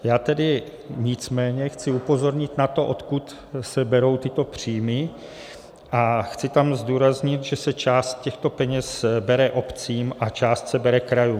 Já tedy nicméně chci upozornit na to, odkud se berou tyto příjmy, a chci tam zdůraznit, že se část těchto peněz bere obcím a část se bere krajům.